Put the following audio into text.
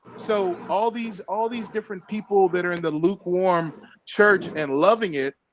so all these all these different people that are in the lukewarm church and loving it.